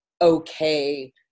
okay